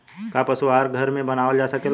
का पशु आहार घर में बनावल जा सकेला?